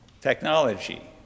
technology